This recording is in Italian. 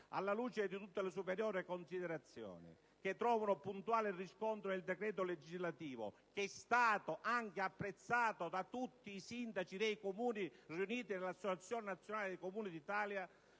Alla luce di tutte le superiori considerazioni che trovano puntuale riscontro nel decreto legislativo - che è stato anche apprezzato da tutti i sindaci dei Comuni riuniti nell'associazione nazionale dei Comuni d'Italia